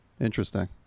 Interesting